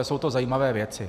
Jsou to zajímavé věci.